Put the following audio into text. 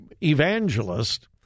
evangelist